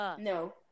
No